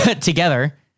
together